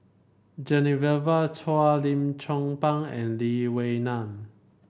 Genevieve Chua Lim Chong Pang and Lee Wee Nam